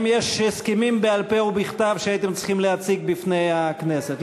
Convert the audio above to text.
האם יש הסכמים בעל-פה או בכתב שהייתם צריכים להציג בפני הכנסת?